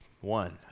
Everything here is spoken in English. one